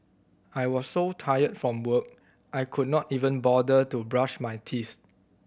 I was so tired from work I could not even bother to brush my teeth